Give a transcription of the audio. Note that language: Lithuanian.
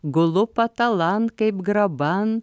gulu patalan kaip graban